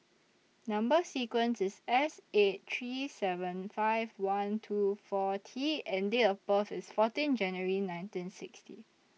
Number sequence IS S eight three seven five one two four T and Date of birth IS fourteen January nineteen sixty